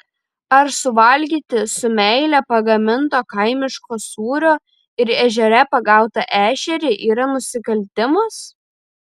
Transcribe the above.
ar suvalgyti su meile pagaminto kaimiško sūrio ir ežere pagautą ešerį yra nusikaltimas